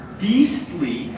beastly